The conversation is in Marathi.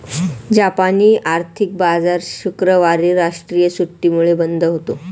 जापानी आर्थिक बाजार शुक्रवारी राष्ट्रीय सुट्टीमुळे बंद होता